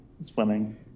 swimming